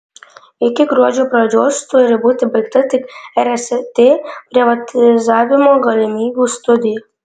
iki gruodžio pradžios turi būti baigta tik rst privatizavimo galimybių studija